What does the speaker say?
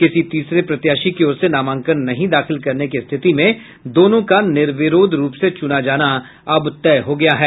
किसी तीसरे प्रत्याशी की ओर से नामांकन नहीं दाखिल करने की स्थिति में दोनों का निर्विरोध रूप से चुना जाना तय है